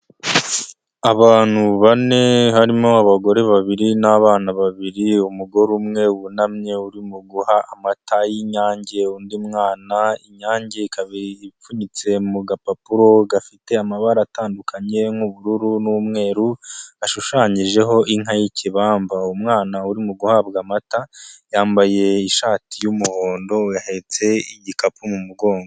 Abantu bane harimo: abagore babiri n'abana babiri, umugore umwe wunamye urimo guha amata y'Inyange undi mwana, inyange ikaba ipfunyitse mu gapapuro gafite amabara atandukanye nk'ubururu n'umweru ashushanyijeho inka y'ikibamba, umwana urimo guhabwa amata yambaye ishati y'umuhondo yahetse igikapu mu mugongo.